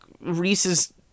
Reese's